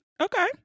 Okay